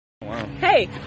Hey